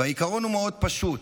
והעיקרון הוא מאוד פשוט.